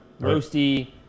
Roasty